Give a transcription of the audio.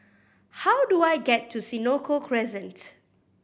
how do I get to Senoko Crescent